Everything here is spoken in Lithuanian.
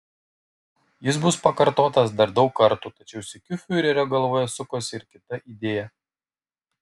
jis bus pakartotas dar daug kartų tačiau sykiu fiurerio galvoje sukosi ir kita idėja